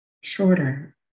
shorter